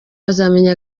bazamenya